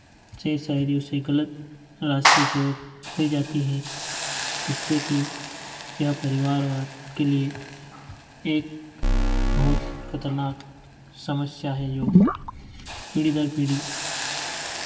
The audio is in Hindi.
सेर शायरी उसे गलत रास्ते की ओर ले जाती हैं इससे कि यह परिवारवाद के लिए एक बहुत खतरनाक समस्या है जो पीढ़ी दर पीढ़ी